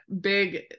big